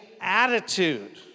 attitude